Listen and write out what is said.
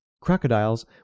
Crocodiles